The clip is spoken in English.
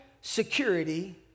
security